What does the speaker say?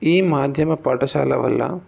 ఈ మాధ్యమ పాఠశాల వల్ల